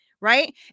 right